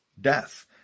death